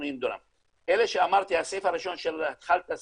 אלה שאמרתי, הסעיף הראשון שהתחלת סיימת,